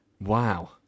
wow